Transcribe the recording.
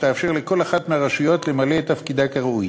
שתאפשר לכל אחת מהרשויות למלא את תפקידה כראוי.